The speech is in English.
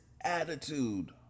attitude